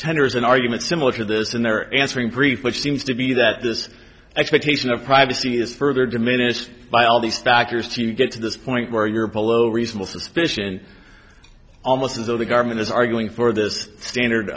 tenders an argument similar to this in their answering brief which seems to be that this expectation of privacy is further diminished by all these factors to get to this point where you're apolo reasonable suspicion almost as though the government is arguing for this standard